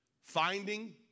Finding